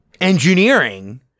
Engineering